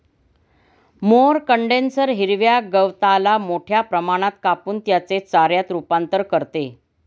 mower condenser हिरव्या गवताला मोठ्या प्रमाणात कापून त्याचे चाऱ्यात रूपांतर करते